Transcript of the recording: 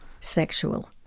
sexual